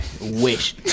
wish